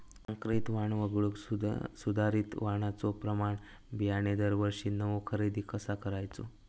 संकरित वाण वगळुक सुधारित वाणाचो प्रमाण बियाणे दरवर्षीक नवो खरेदी कसा करायचो?